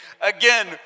Again